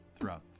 throughout